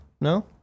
No